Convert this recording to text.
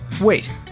Wait